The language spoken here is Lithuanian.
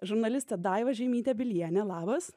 žurnalistė daiva žeimytė bilienė labas